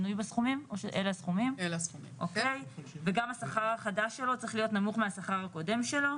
וגם השכר החדש שלו צריך להיות נמוך מהשכר הקודם שלו.